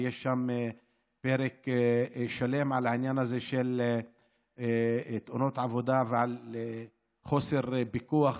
ויש שם פרק שלם על העניין הזה של תאונות עבודה ועל חוסר פיקוח